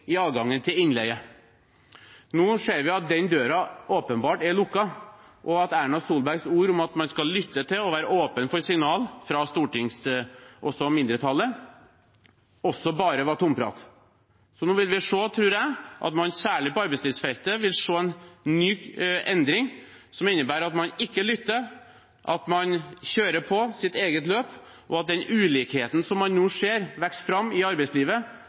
i adgangen til innleie. Nå ser vi at den døren åpenbart er lukket, og at Erna Solbergs ord om at man skal lytte til og være åpen for signaler også fra mindretallet på Stortinget, også bare var tomprat. Jeg tror vi særlig på arbeidslivsfeltet nå vil se en ny endring, som innebærer at man ikke lytter, at man kjører sitt eget løp, og at den ulikheten man nå ser vokser fram i arbeidslivet,